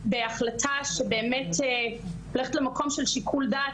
היתה החלטה להעביר 10 מיליון,